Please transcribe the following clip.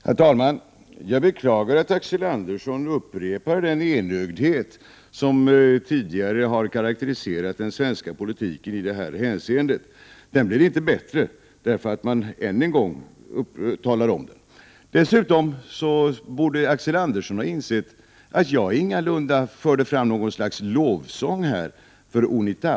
Herr talman! Jag beklagar att Axel Andersson upprepade den enögdhet som tidigare har karakteriserat den svenska politiken i detta hänseende. Den blir inte bättre därför att man än en gång talar om den. Dessutom borde Axel Andersson ha insett att jag ingalunda förde fram något slags lovsång till Unita.